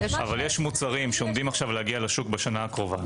יש מוצרים שעומדים להגיע לשוק בשנה הקרובה.